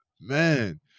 Man